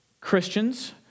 Christians